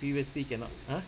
previously cannot !huh!